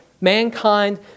Mankind